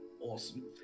Awesome